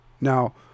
Now